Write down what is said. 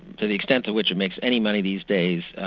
to the extent to which it makes any money these days,